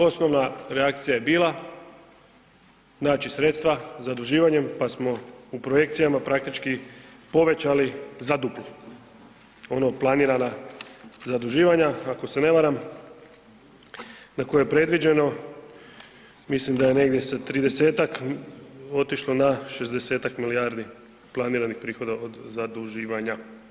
Osnovna reakcija je bila naći sredstva zaduživanjem pa smo u projekcijama povećali praktički za duplo ono planirana zaduživanja ako se ne varam na koje je predviđeno, mislim da je negdje sa 30-tak otišlo na 60-tak milijardi planiranih prihoda od zaduživanja.